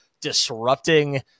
disrupting